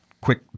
quick